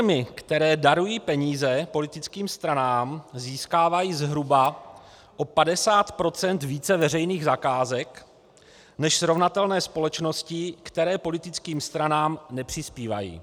Firmy, které darují peníze politickým stranám, získávají zhruba o 50 % více veřejných zakázek než srovnatelné společnosti, které politickým stranám nepřispívají.